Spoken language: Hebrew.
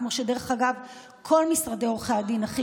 כמו שדרך אגב כל משרדי עורכי הדין הכי